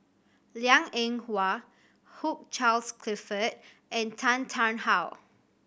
Liang Eng Hwa Hugh Charles Clifford and Tan Tarn How